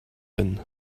been